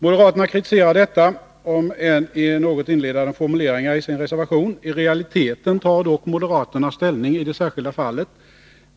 Moderaterna kritiserar detta om än i något inlindande formuleringar i sin reservation. I realiteten tar dock moderaterna ställning i det enskilda fallet.